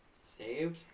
saved